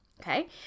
okay